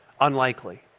unlikely